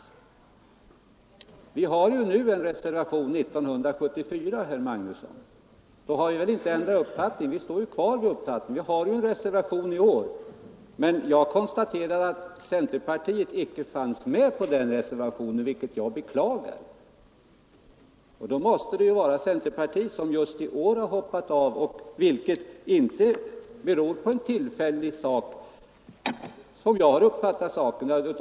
Men vi har en reservation nu, 1974, herr Magnusson. Då har vi väl inte ändrat uppfattning! Men jag kan konstatera att centerpartiet icke finns med på den reservationen, vilket är att beklaga. Då måste centerpartiet just i år ha hoppat av, vilket inte, som jag har uppfattat saken, beror på någon tillfällig sak —t.ex.